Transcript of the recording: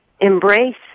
embrace